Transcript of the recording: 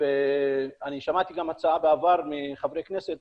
אני שמעתי גם הצעה בעבר מחברי כנסת,